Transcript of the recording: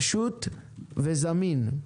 פשוט וזמין.